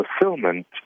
fulfillment